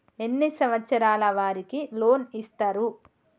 ఎన్ని సంవత్సరాల వారికి లోన్ ఇస్తరు?